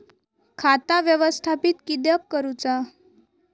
खाता व्यवस्थापित किद्यक करुचा?